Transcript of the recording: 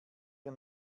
wir